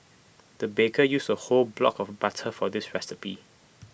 the baker used A whole block of butter for this recipe